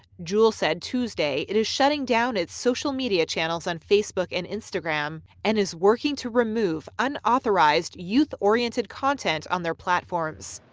juul said tuesday it is shutting down its social media channels on facebook and instagram and is working to remove unauthorized youth-oriented content on their platforms.